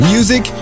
Music